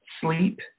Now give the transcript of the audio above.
Sleep